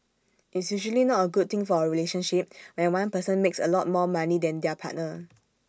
it's usually not A good thing for A relationship when one person makes A lot more money than their partner